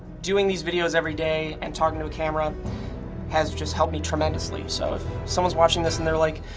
doing these videos every day and talking to a camera has just helped me tremendously. so if someone's watching this, and they're like.